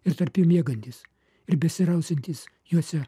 ir tarp jų miegantys ir besirausiantys juose